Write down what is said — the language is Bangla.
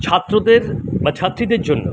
ছাত্রদের বা ছাত্রীদের জন্য